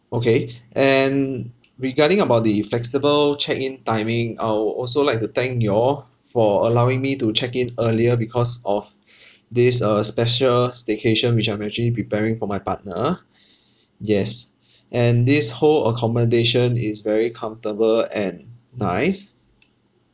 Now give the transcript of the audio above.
okay and regarding about the flexible check in timing I will also like to thank you all for allowing me to check in earlier because of this uh special staycation which I'm actually preparing for my partner yes and this whole accommodation is very comfortable and nice